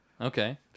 Okay